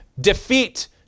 defeat